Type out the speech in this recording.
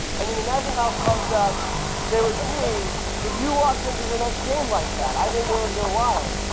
i mean imagine how pumped up they would be if you walked into the next game like that. i think they would go wild.